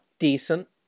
Decent